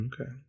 okay